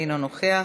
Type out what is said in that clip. אינו נוכח.